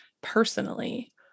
personally